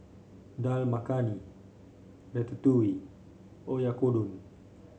Dal Makhani Ratatouille Oyakodon